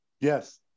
Yes